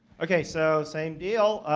okay, so same deal.